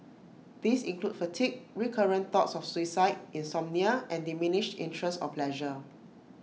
these include fatigue recurrent thoughts of suicide insomnia and diminished interest or pleasure